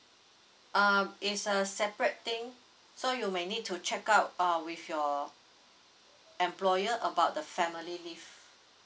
uh it's a separate thing so you may need to check out uh with your employer about the family leave